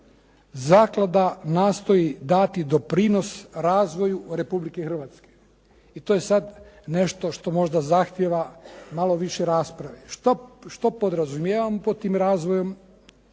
zaklada nastoji dati doprinos razvoju Republike Hrvatske. I to je sada nešto što možda zahtjeva malo više rasprave. Što podrazumijevam pod tim razvojem,